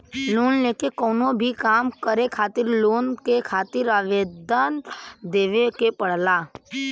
loan लेके कउनो भी काम करे खातिर लोन के खातिर आवेदन देवे के पड़ला